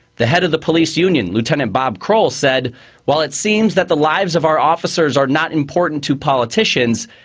the head of the police union, lieutenant bob kraul, said while it seems that the lives of our officers are not important to politicians,